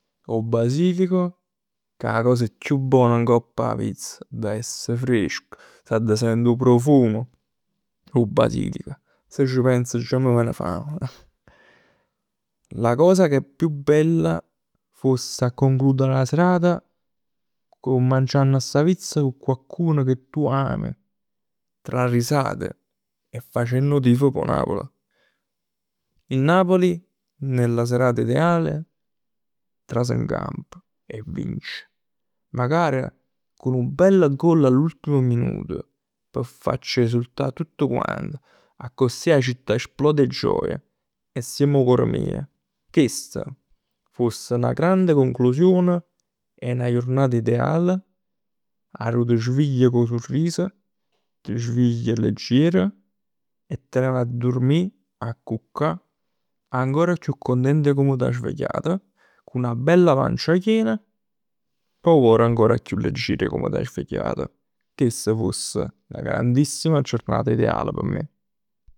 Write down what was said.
'O basilico, che è 'a cosa chiù bona ngopp 'a pizza. Adda essere fresca. S'adda sent 'o profumo d' 'o basilico. S' ci pens. Già m' ven fame. La cosa che è più bella foss 'a concludere 'a serata cu, mangiann sta pizza, cu coccun che tu ami. Tra risate e facenn 'o tifo p' 'o Napl. Il Napoli nella serata ideale tras in campo e vince. Magari cu nu bello goal all'ultimo minuto p' farci esultà a tutt quant. Accussì 'a città esplode 'e gioia assieme 'o core mij. Chest foss 'na grande conclusione 'e 'na jurnata ideale arò t' svegli cu 'o surris. T' svegl leggier e te ne vaje a durmì, a cuccà, ancora chiù cuntent 'e comm t' 'a svegliat. Cu 'na bella pancia piena e cu 'o core ancora chiù leggier 'e comm t' 'a svegliat. Chest foss 'na grandissima giornata ideale p' me.